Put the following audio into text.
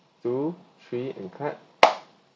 two three and cut